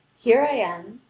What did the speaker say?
here i am.